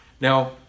Now